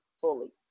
fully